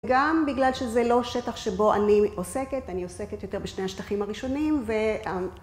גם בגלל שזה לא שטח שבו אני עוסקת, אני עוסקת יותר בשני השטחים הראשונים וה...